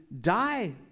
die